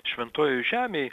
šventojoj žemėj